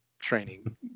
Training